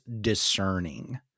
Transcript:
discerning